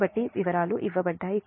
కాబట్టి వివరాలు ఇవ్వబడ్డాయి